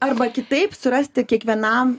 arba kitaip surasti kiekvienam